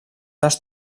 dels